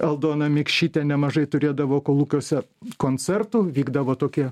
aldona mikšytė nemažai turėdavo kolūkiuose koncertų vykdavo tokie